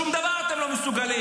שום דבר אתם לא מסוגלים.